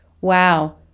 wow